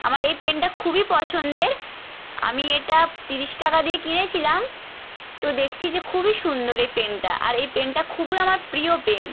আমার এই পেনটা খুবই পছন্দের আমি এটা তিরিশ টাকা দিয়ে কিনেছিলাম তো দেখছি যে খুবই সুন্দর এই পেনটা আর এই পেনটা খুবই আমার প্রিয় পেন